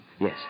Yes